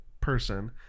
person